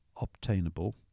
obtainable